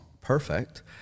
Perfect